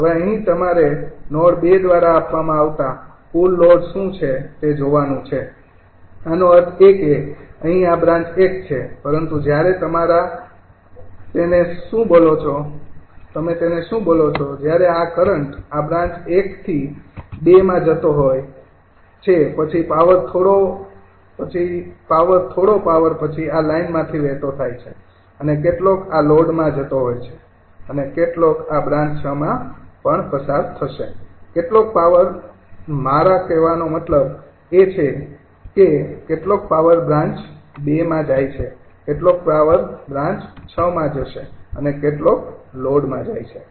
હવે અહીં તમારે નોડ ૨ દ્વારા આપવામાં આવતા કુલ લોડ શું છે તે જોવાનું છે આનો અર્થ એ કે અહીં આ બ્રાન્ચ ૧ છે પરંતુ જ્યારે તમે તેને શું બોલો છો જ્યારે આ કરંટ આ બ્રાન્ચ ૧ થી ૨ માં જતો હોય છે પછી પાવર થોડો પાવર પછી આ લાઇનમાંથી વહેતો થાય છે અને કેટલોક આ લોડમાં જતો હોય છે અને કેટલોક આ બ્રાન્ચ ૬ માં પણ પસાર થશે કેટલોક પાવર મારો કહેવા નો મતલબ એ છે કે કેટલોક પાવર બ્રાન્ચ ૨માં જાય છે કેટલોક પાવર બ્રાન્ચ ૬ માં જશે અને કેટલોક લોડમાં જાય છે